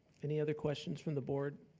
any other questions from the board?